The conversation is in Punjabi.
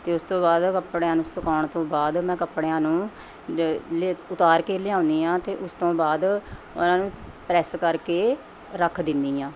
ਅਤੇ ਉਸ ਤੋਂ ਬਾਅਦ ਕੱਪੜਿਆਂ ਨੂੰ ਸੁਕਾਉਣ ਤੋਂ ਬਾਅਦ ਮੈਂ ਕੱਪੜਿਆਂ ਨੂੰ ਲਿ ਉਤਾਰ ਕੇ ਲਿਆਉਂਨੀ ਹਾਂ ਅਤੇ ਉਸ ਤੋਂ ਬਾਅਦ ਉਨ੍ਹਾਂ ਨੂੰ ਪ੍ਰੈੱਸ ਕਰਕੇ ਰੱਖ ਦਿੰਨੀ ਹਾਂ